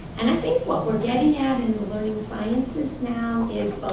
and i think what we're getting at in the learning sciences now is,